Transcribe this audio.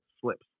Slips